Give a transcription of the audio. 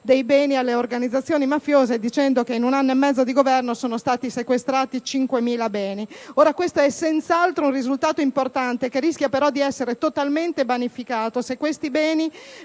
dei beni alle organizzazioni mafiose, sostenendo che in un anno e mezzo sono stati sequestrati 5.000 beni. Questo è senz'altro un risultato importante, che rischia però di essere totalmente vanificato se questi beni